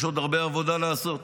יש עוד הרבה עבודה לעשות.